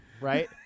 right